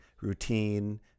routine